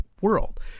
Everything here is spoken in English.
world